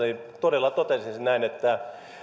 todella totesin sen näin että